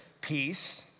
peace